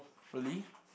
really